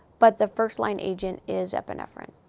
but the first-line agent is epinephrine.